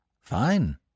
Fine